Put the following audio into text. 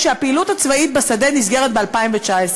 כשהפעילות הצבאית בשדה נסגרת ב-2019?